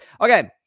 Okay